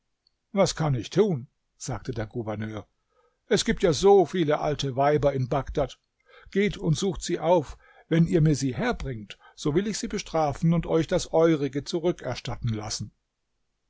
was kann ich tun sagte der gouverneur es gibt ja so viele alte weiber in bagdad geht und sucht sie auf wenn ihr mir sie herbringt so will ich sie bestrafen und euch das eurige zurückerstatten lassen